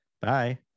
Bye